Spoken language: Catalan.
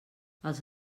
els